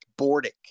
Bordick